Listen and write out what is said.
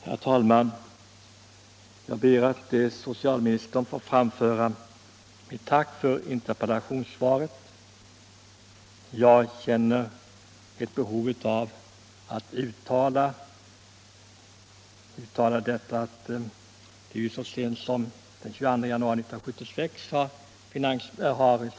Herr talman! Jag ber att till herr socialministern få framföra mitt tack för interpellationssvaret. Jag känner ett behov av att uttala att socialministern så sent som den 22 januari i år har besvarat en liknande interpellation.